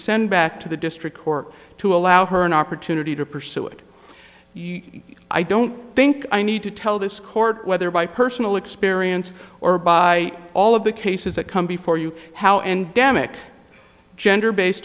send back to the district court to allow her an opportunity to pursue it i don't think i need to tell this court whether by personal experience or by all of the cases that come before you how endemic gender base